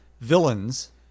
villains